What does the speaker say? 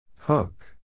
Hook